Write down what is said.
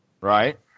Right